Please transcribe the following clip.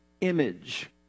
image